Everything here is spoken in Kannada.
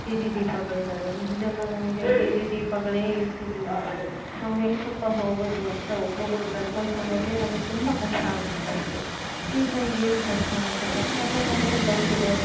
ಬೀದಿ ದೀಪಗಳಿದಾವೆ ಹಿಂದೆಲ್ಲ ನಮಗೆ ಬೀದಿ ದೀಪಗಳೆ ಇರ್ತಿರಲಿಲ್ಲ ನಾವು ಹೆಂಗಪ್ಪ ಹೋಗೋದು ಅಂತ ಒಬ್ಬೊಬ್ಬರು ನಡ್ಕೊತ ಹೋಗೋಕೆ ನಮ್ಗೆ ತುಂಬ ಕಷ್ಟ ಅನಿಸ್ತಾ ಇತ್ತು ಈಗ ನಮಗ್ ಏನು ಕಷ್ಟ ಅನ್ಸೊಲ್ಲ ಯಾಕಪ್ಪಾ ಅಂದರೆ ಬಸ್ ಇದೆ